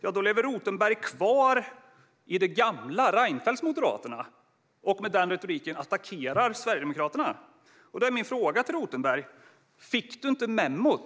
Men Rothenberg lever kvar i det gamla, i Reinfeldts Moderaterna, och attackerar med den retoriken Sverigedemokraterna. Min fråga till Rothenberg är: Fick du inte memot?